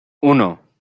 uno